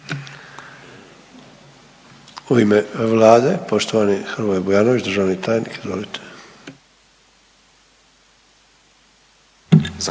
U ime Vlade, poštovani Hrvoje Bujanović, državni tajnik, izvolite.